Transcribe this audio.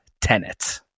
Tenet